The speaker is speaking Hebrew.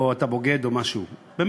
או "אתה בוגד" או משהו כזה.